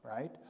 right